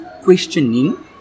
Questioning